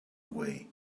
way